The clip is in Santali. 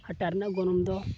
ᱦᱟᱴᱟᱜ ᱨᱮᱱᱟᱜ ᱜᱚᱱᱚᱝ ᱫᱚ